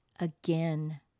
Again